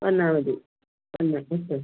വന്നാൽ മതി വന്നാൽ കിട്ടും